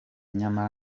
nyamara